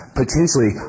potentially